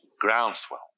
groundswell